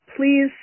please